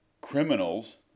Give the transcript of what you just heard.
Criminals